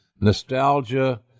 nostalgia